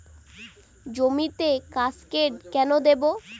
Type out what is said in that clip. জমিতে কাসকেড কেন দেবো?